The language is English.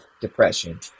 depression